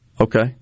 Okay